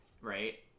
right